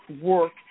work